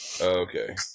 Okay